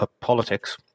politics